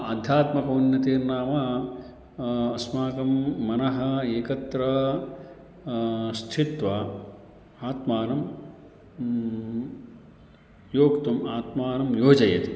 आध्यात्मक उन्नतीर्नाम अस्माकं मनः एकत्र स्थित्वा आत्मानं योक्तुम् आत्मानं योजयति